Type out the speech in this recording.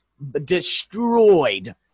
destroyed